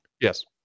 Yes